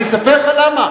אני אספר לך למה.